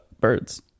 birds